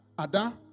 Ada